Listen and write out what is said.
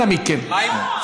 אנא מכם,